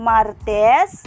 Martes